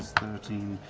thirteen,